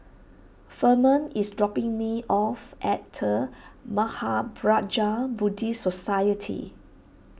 Firman is dropping me off at the Mahaprajna Buddhist Society